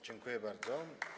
Dziękuję bardzo.